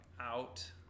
out